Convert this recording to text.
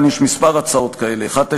כאן יש כמה הצעות כאלה: 1998/19,